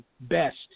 best